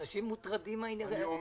אנשים מוטרדים מהעניין הזה.